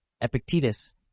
epictetus